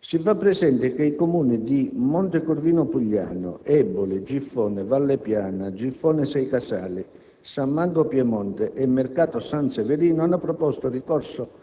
si fa presente che i Comuni di Montecorvino Pugliano, Eboli, Giffoni Valle Piana, Giffoni Sei Casali, San Mango Piemonte e Mercato San Severino hanno proposto ricorso